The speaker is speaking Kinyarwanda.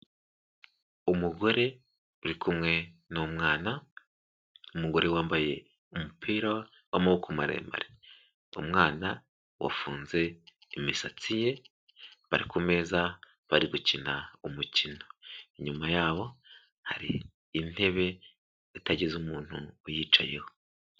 Umugore urikumwe n'umwana, umugore wambaye umupira w'amaboko maremare. Umwana wafunze imisatsi ye, bari ku meza bari gukina umukino. Inyuma yabo hari intebe, itagize umuntu uyicayeho.